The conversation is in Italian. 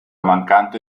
mancante